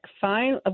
fine